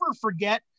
forget